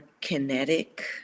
kinetic